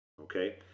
okay